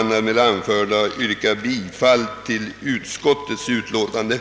Jag ber att med det anförda få yrka bifall till utskottets hemställan.